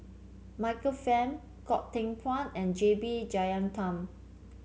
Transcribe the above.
Michael Fam Goh Teck Phuan and J B Jeyaretnam